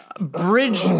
bridge